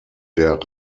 der